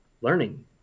learning